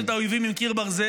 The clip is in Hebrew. להפגיש את האויבים עם קיר ברזל.